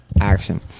action